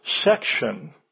section